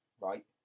right